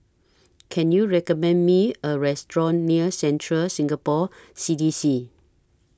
Can YOU recommend Me A Restaurant near Central Singapore C D C